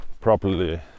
properly